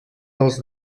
dels